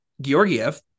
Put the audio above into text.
Georgiev